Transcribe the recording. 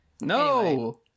No